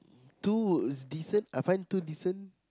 too decent I find too decent